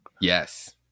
yes